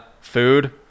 Food